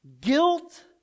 guilt